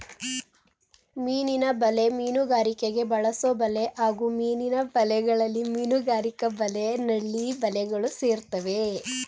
ಮೀನಿನ ಬಲೆ ಮೀನುಗಾರಿಕೆಗೆ ಬಳಸೊಬಲೆ ಹಾಗೂ ಮೀನಿನ ಬಲೆಗಳಲ್ಲಿ ಮೀನುಗಾರಿಕಾ ಬಲೆ ನಳ್ಳಿ ಬಲೆಗಳು ಸೇರ್ತವೆ